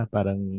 Parang